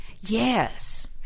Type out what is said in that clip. Yes